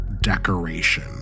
decoration